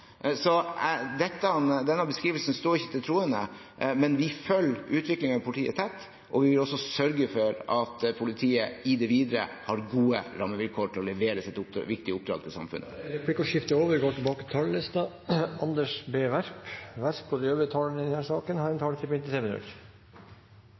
denne beskrivelsen står ikke til troende. Men vi følger utviklingen i politiet tett, og vi vil også sørge for at politiet i det videre har gode rammevilkår for å kunne levere på sitt viktige oppdrag til samfunnet. Replikkordskiftet er